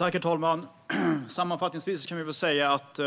Herr talman! Sammanfattningsvis kan jag väl säga att